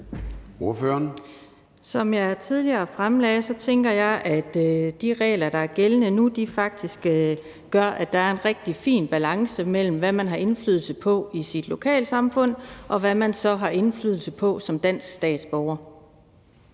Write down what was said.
Som jeg tidligere fremlagde, tænker jeg, at de regler, der er gældende nu, faktisk gør, at der er en rigtig fin balance mellem, hvad man har indflydelse på i sit lokalsamfund, og hvad man så har indflydelse på som dansk statsborger.